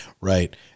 right